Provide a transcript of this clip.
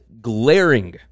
glaring